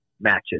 matches